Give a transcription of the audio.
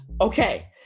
Okay